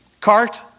cart